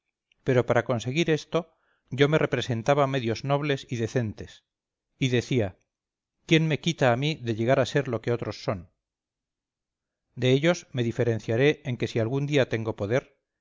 pero para conseguir esto yo me representaba medios nobles y decentes y decía quién me quita a mí de llegar a ser lo que otros son de ellos me diferenciaré en que si algún día tengo poder